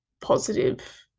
positive